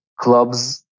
clubs